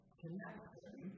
connection